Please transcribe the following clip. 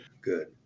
Good